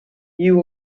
you